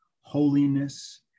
holiness